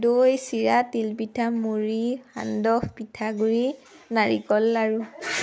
দৈ চিৰা তিলপিঠা মুড়ি সান্দহ পিঠাগুড়ি নাৰিকল লাড়ু